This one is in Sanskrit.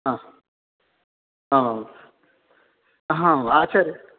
आम् आम् हां आचार्य